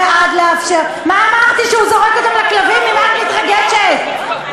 מאפשר להן הבטחת הכנסה אם יש להן רכב,